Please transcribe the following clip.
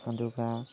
ꯑꯗꯨꯒ